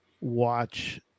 Watch